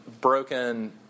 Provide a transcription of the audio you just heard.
broken